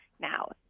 now